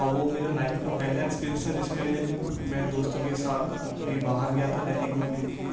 اور وہ میرا لائف کا پہلا ایکسپیرئنس تھا جس میں میں دوستوں کے ساتھ اپنے باہر گیا تھا دہلی گھومنے کے لیے